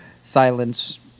silence